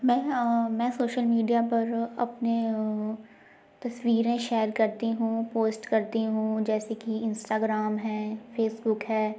मैं मैं social media पर अपने तस्वीरें शेयर करती हूँ पोस्ट करती हूँ जैसे कि इंस्टाग्राम हैं फेसबूक है